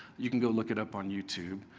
you can go look it up on youtube.